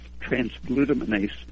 transglutaminase